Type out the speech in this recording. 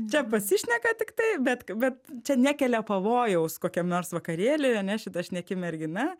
čia pasišneka tiktai bet bet čia nekelia pavojaus kokiam nors vakarėly ane šita šneki mergina